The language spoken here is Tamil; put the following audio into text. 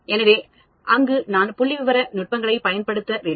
எனவே அங்கு நான் புள்ளிவிவர நுட்பங்களைப் பயன்படுத்த வேண்டும்